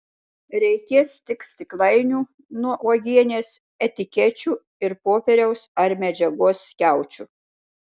reikės tik stiklainių nuo uogienės etikečių ir popieriaus ar medžiagos skiaučių